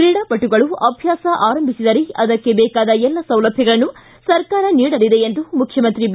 ಕ್ರೀಡಾಪಟುಗಳು ಅಭ್ವಾಸ ಆರಂಭಿಸಿದರೆ ಅದಕ್ಕೆ ಬೇಕಾದ ಎಲ್ಲ ಸೌಲಭ್ವಗಳನ್ನು ಸರ್ಕಾರ ನೀಡಲಿದೆ ಎಂದು ಮುಖ್ಖಮಂತ್ರಿ ಬಿ